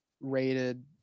rated